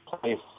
place